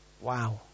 Wow